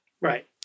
Right